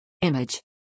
Image